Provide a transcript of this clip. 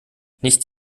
nicht